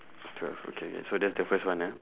so that's the first one ah